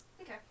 Okay